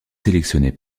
sélectionné